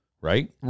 Right